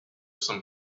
some